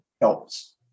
helps